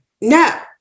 no